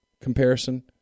comparison